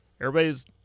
everybody's